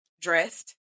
dressed